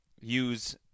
Use